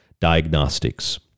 diagnostics